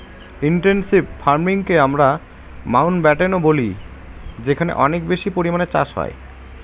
intensive ফার্মিংকে আমরা মাউন্টব্যাটেনও বলি যেখানে অনেক বেশি পরিমানে চাষ হয়